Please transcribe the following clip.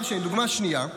דוגמה שנייה,